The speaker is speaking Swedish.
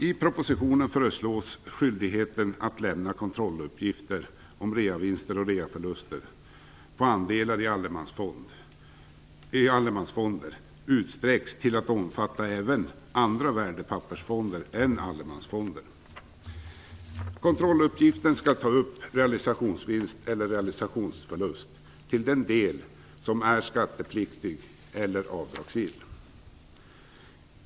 I propositionen föreslås att skyldigheten att lämna kontrolluppgifter om reavinster och reaförluster på andelar i allemansfonder utsträcks till att omfatta även andra värdepappersfonder än allemansfonder. Kontrolluppgiften skall ta upp realisationsvinst eller realisationsförlust till den del som är skattepliktig eller avdragsgill.